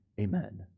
Amen